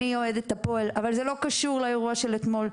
אני אוהדת את הפועל אבל זה לא קשור לאירוע של אתמול.